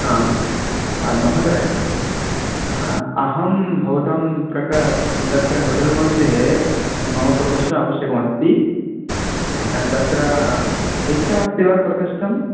आम् महोदय अहं भवतां प्रक तत्र होटेल् मध्ये मम प्रकोष्ठमावश्यकमस्ति तत्र रिक्तमस्ति वा प्रकोष्ठम्